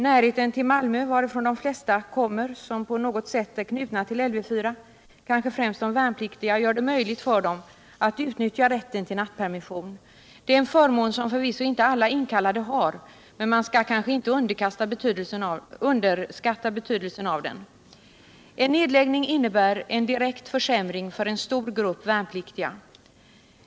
Närheten till Malmö — varifrån de flesta kommer som på något sätt är knutna till Lv 4, kanske främst de värnpliktiga — gör det möjligt för dem att utnyttja rätten till nattpermission. Det är en förmån som förvisso inte alla inkallade har. Man skall kanske inte underskatta betydelsen av den. En nedläggning innebär en direkt försämring för en stor grupp värnpliktiga.